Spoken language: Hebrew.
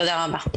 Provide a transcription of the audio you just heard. תודה רבה.